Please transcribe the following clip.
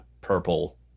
purple